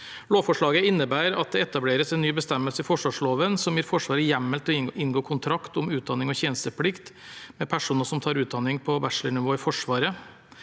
Lovforslaget innebærer at det etableres en ny bestemmelse i forsvarsloven som gir Forsvaret hjemmel til å inngå kontrakt om utdanning og tjenesteplikt med personer som tar utdanning på bachelornivå i Forsvaret.